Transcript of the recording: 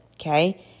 Okay